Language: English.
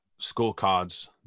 scorecards